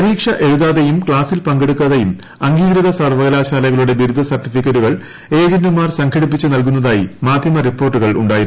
പരീക്ഷ എഴുതാതെയും ക്സാസിൽ പങ്കെടുക്കാതെയും അംഗീകൃത സർവകലാശാലകളുടെ ബിരുദ സർട്ടിഫിക്കൂറ്റുകൾ ഏജന്റുമാർ സംഘടിപ്പിച്ച് നൽകുന്നതായി മാധ്യമ റ്റിപ്പോർട്ടുകളു ായിരുന്നു